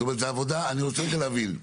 רגע אני רוצה להבין,